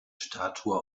statue